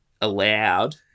allowed